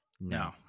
No